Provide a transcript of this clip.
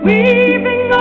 Weaving